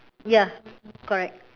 ya correct